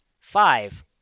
five